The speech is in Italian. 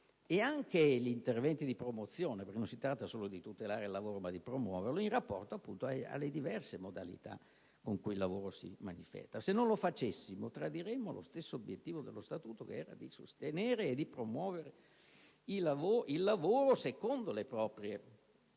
e anche gli interventi di promozione - non si tratta infatti solo di tutelare il lavoro, ma anche di promuoverlo - in rapporto alle diverse modalità con cui il lavoro si manifesta. Se non lo facessimo, tradiremmo lo stesso obiettivo dello Statuto, che era appunto quello di sostenere e promuovere il lavoro secondo le proprie